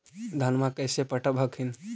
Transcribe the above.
धन्मा कैसे पटब हखिन?